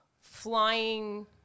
flying